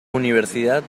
universidad